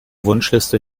wunschliste